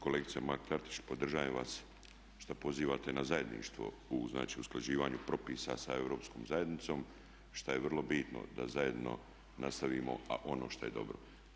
Kolega Mrak-Taritaš podržajem vas što pozivate na zajedništvo u znači usklađivanju propisa sa Europskom zajednicom što je vrlo bitno da zajedno nastavimo, a ono što je dobro.